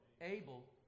Abel